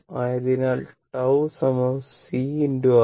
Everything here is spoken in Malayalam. അതിനാൽ tau C RThevenin